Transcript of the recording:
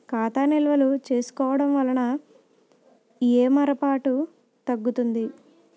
ఖాతా నిల్వలు చూసుకోవడం వలన ఏమరపాటు తగ్గుతుంది